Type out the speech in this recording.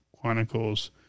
Chronicles